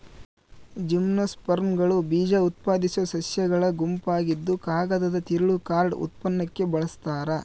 ಜಿಮ್ನೋಸ್ಪರ್ಮ್ಗಳು ಬೀಜಉತ್ಪಾದಿಸೋ ಸಸ್ಯಗಳ ಗುಂಪಾಗಿದ್ದುಕಾಗದದ ತಿರುಳು ಕಾರ್ಡ್ ಉತ್ಪನ್ನಕ್ಕೆ ಬಳಸ್ತಾರ